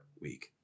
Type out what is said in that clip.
week